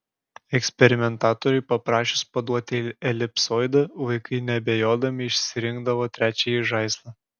eksperimentatoriui paprašius paduoti elipsoidą vaikai neabejodami išrinkdavo trečiąjį žaislą